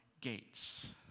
gates